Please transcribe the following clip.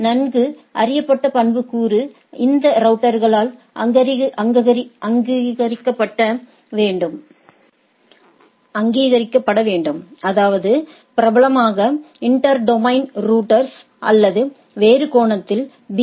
எனவே நன்கு அறியப்பட்ட பண்புக்கூறு இந்த ரவுட்டர்களால் அங்கீகரிக்கப்பட வேண்டும் அதாவது பிரபலமாக இன்டெர் டொமைன் ரௌட்டர்ஸ் அல்லது வேறு கோணத்தில் பி